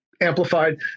amplified